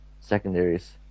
secondaries